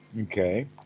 Okay